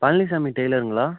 Palaniswami டைலருங்களா